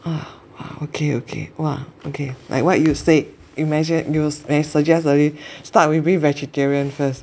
ah okay okay !wah! okay like what you said you mentioned you suggest earlier start with being vegetarian first